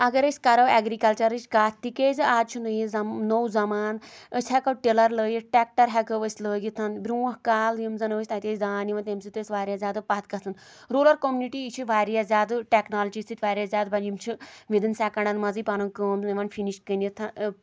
اَگر أسۍ کَرو اٮ۪گرِکَلچَرٕچ کَتھ تِکیٛازِ آز چھُ نٔیے نوٚو زمانہ أسۍ ہٮ۪کو ٹِلَر لٲیِتھ ٹٮ۪کٹَر ہٮ۪کو أسۍ لٲگِتھ برٛونٛہہ کال یِم زَن ٲسۍ تَتہِ ٲسۍ دانٛد یِوان تمہِ سۭتۍ ٲسۍ واریاہ زیادٕ پَتھ گژھان روٗلَر کوٚمنِٹی یہِ چھِ واریاہ زیادٕ ٹٮ۪کنالجی سۭتۍ واریاہ زیادٕ وَنۍ یِم چھِ وِدِن سٮ۪کَنڈَن منٛزٕے پَنُن کٲم نِوان فِنِش کٕنِتھ